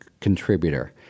contributor